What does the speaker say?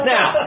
Now